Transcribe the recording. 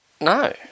No